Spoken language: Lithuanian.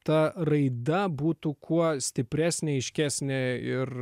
ta raida būtų kuo stipresnė aiškesnė ir